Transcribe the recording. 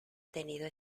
tenido